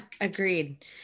agreed